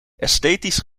esthetisch